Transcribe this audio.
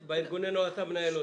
בארגוני הנוער אתה מנהל אותם.